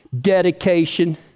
dedication